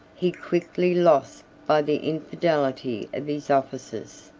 he quickly lost by the infidelity of his officers.